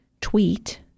tweet